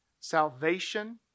Salvation